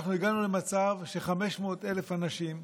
אנחנו הגענו למצב ש-500,000 אנשים,